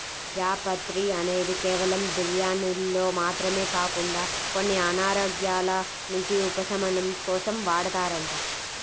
జాపత్రి అనేది కేవలం బిర్యానీల్లో మాత్రమే కాకుండా కొన్ని అనారోగ్యాల నుంచి ఉపశమనం కోసం వాడతారంట